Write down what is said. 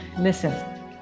Listen